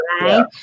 right